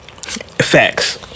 Facts